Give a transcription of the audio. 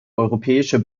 europäische